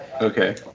Okay